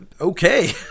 Okay